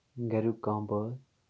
گریُک کانٛہہ بٲژ